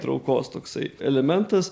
traukos toksai elementas